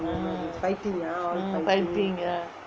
fighting ah